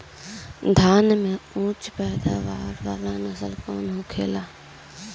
धान में उच्च पैदावार वाला नस्ल कौन सा होखेला?